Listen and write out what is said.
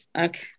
Okay